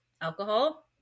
alcohol